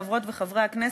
חברות וחברי הכנסת,